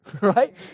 right